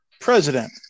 president